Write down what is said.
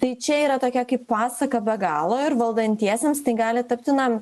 tai čia yra tokia kaip pasaka be galo ir valdantiesiems tai gali tapti na